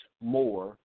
more